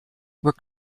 were